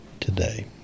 today